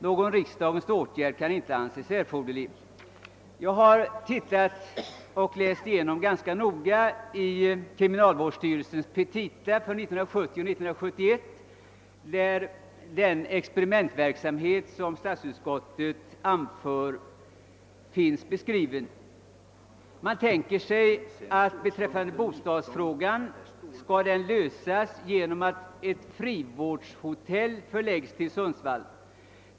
Någon riksdagens åtgärd kan inte anses erforderlig.» Jag har ganska noga läst kriminalvårdsstyrelsens petita för 1970/71, där den experimentverksamhet som statsutskottet hänvisar till finns beskriven. Man tänker sig att bostadsfrågan skall lösas genom att ett frivårdshotell förläggs till Sundsvall.